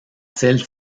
celle